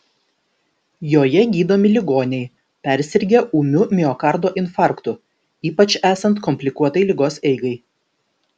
joje gydomi ligoniai persirgę ūmiu miokardo infarktu ypač esant komplikuotai ligos eigai